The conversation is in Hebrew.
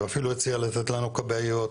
ואפילו הציעו לתת לנו כבאיות,